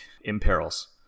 imperils